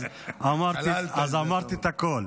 אז אמרתי את הכול.